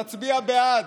תצביע בעד.